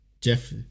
jeff